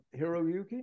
Hiroyuki